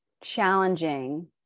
challenging